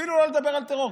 אפילו לא לדבר על טרור.